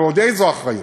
ועוד איזו אחריות.